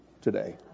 today